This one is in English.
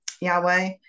yahweh